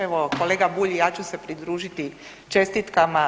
Evo kolega Bulj i ja ću se pridružiti čestitkama.